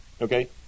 Okay